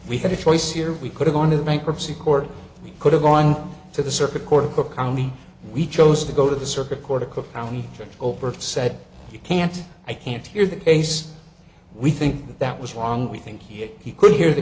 we had a choice here we could have gone to the bankruptcy court we could have gone to the circuit court of cook county we chose to go to the circuit court of cook county over said you can't i can't hear the case we think that was wrong we think he he could hear the